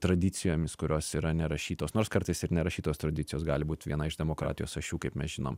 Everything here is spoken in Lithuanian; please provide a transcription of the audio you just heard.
tradicijomis kurios yra nerašytos nors kartais ir nerašytos tradicijos gali būt viena iš demokratijos ašių kaip mes žinom